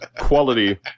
quality